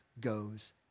goes